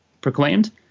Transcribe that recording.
proclaimed